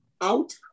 out